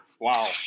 Wow